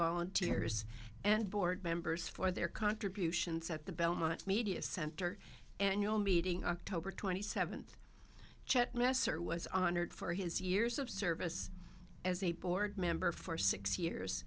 volunteers and board members for their contributions at the belmont media center annual meeting october twenty seventh chet messer was honored for his years of service as a board member for six years